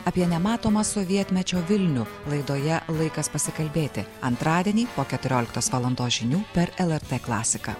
apie nematomą sovietmečio vilnių laidoje laikas pasikalbėti antradienį po keturioliktos valandos žinių per lrt klasiką